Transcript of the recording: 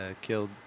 killed